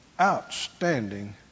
outstanding